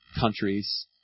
countries